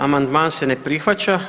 Amandman se ne prihvaća.